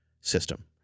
system